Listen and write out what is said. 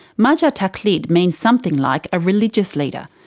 marja taqlid means something like a religious leader.